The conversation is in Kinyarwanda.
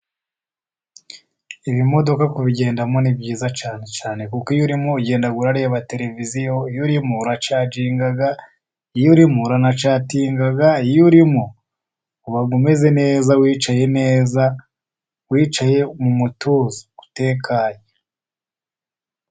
Ibimodoka kubigendamo ni byiza cyane cyane kuko iyo urimo ugenda ureba televiziyo, iyo urimo uracaginga iyo urimo uranacatinga, iyo urimo uba umeze neza wicaye neza wicaye mu mutuzo utekanye.